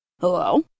Hello